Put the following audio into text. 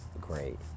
great